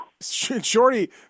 Shorty